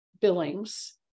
billings